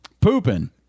pooping